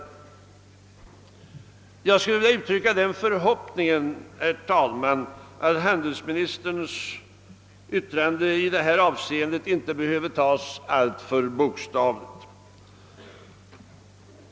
Jag skulle vilja uttrycka den förhoppningen, herr talman, att handelsministerns yttrande i detta avseende inte behöver tas alltför bokstavligt.